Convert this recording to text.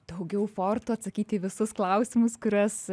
daugiau fortų atsakyti į visus klausimus kuriuos